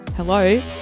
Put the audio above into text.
Hello